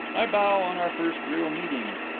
i bow on our first real meeting.